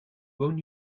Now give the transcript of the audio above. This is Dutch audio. woon